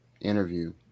interview